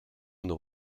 vient